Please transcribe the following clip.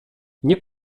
nie